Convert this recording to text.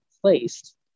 placed